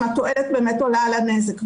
אם התועלת באמת עולה על הנזק.